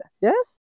Yes